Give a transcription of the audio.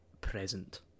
present